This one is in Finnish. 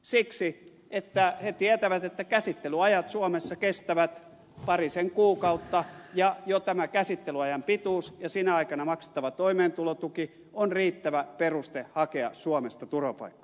siksi että he tietävät että käsittelyajat suomessa kestävät parisen kuukautta ja jo tämä käsittelyajan pituus ja sinä aikana maksettava toimeentulotuki ovat riittäviä perusteita hakea suomesta turvapaikkaa